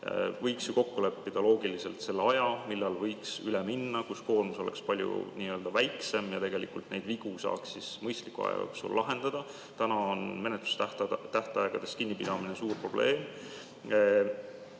Võiks ju kokku leppida loogiliselt selle aja, millal võiks üle minna, kui koormus oleks palju väiksem, ja tegelikult neid vigu saaks mõistliku aja jooksul lahendada. Täna on menetlustähtaegadest kinnipidamine probleem.